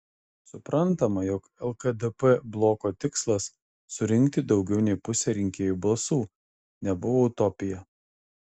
suprantama jog lkdp bloko tikslas surinkti daugiau nei pusę rinkėjų balsų nebuvo utopija